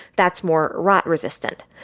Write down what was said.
that's more rot-resistant.